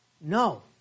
No